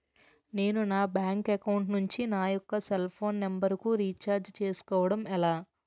నేను నా bank account నుంచి నా యెక్క సెల్ ఫోన్ నంబర్ కు రీఛార్జ్ చేసుకోవడం ఎలా?